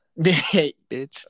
Bitch